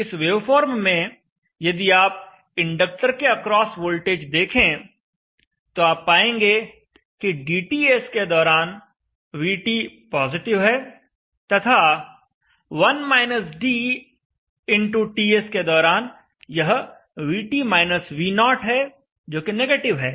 इस वेवफॉर्म में यदि आप इंडक्टर के अक्रॉस वोल्टेज देखें तो आप पाएंगे कि dTS के दौरान VT पॉजिटिव है तथा 1 - dTS के दौरान यह VT - V0 है जो कि निगेटिव है